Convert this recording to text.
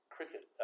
Cricket